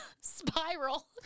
spiral